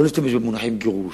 לא להשתמש במונחים של גירוש,